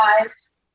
guys